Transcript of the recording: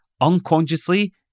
unconsciously